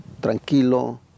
tranquilo